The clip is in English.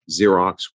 Xerox